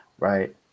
Right